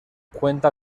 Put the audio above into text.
cuenta